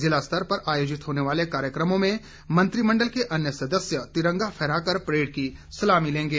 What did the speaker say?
जिला स्तर पर आयोजित होने वाले कार्यक्रमों में मंत्रिमंडल के अन्य सदस्य तिरंगा फहराकर परेड की सलामी लेंगे